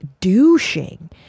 douching